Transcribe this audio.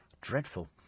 dreadful